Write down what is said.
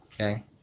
okay